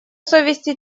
совести